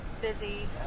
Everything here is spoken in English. busy